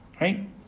right